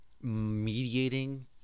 mediating